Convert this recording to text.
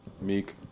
Meek